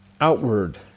outward